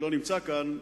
שלא נמצא כאן,